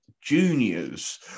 juniors